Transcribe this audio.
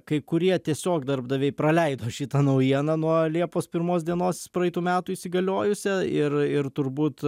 kai kurie tiesiog darbdaviai praleido šitą naujieną nuo liepos pirmos dienos praeitų metų įsigaliojusią ir ir turbūt